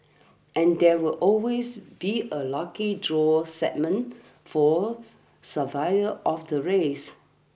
and there will always be a lucky draw segment for survivors of the race